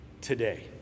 today